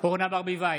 אורנה ברביבאי,